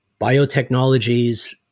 biotechnologies